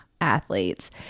athletes